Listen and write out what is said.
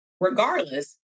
Regardless